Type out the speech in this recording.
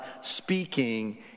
speaking